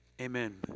Amen